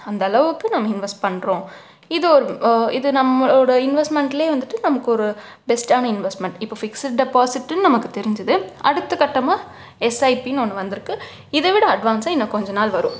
அந்த அளவுக்கு நம்ம இன்வெஸ்ட் பண்ணுறோம் இது ஒரு ஓ இது நம்மளோட இன்வெஸ்ட்மெண்ட்ல வந்துவிட்டு நமக்கு ஒரு பெஸ்டான இன்வெஸ்ட்மெண்ட் இப்போ ஃபிக்ஸுட் டெப்பாசிட்டுன்னு நமக்கு தெரிஞ்சிது அடுத்த கட்டமாக எஸ் ஐ பின்னு ஒன்று வந்து இருக்கு இதை விட அட்வான்ஸாக இன்னும் கொஞ்சம் நாள் வரும்